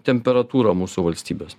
temperatūrą mūsų valstybės